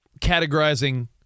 categorizing